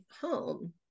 home